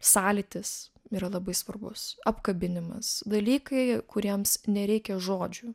sąlytis yra labai svarbus apkabinimas dalykai kuriems nereikia žodžių